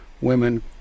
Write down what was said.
women